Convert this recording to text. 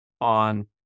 on